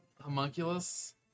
homunculus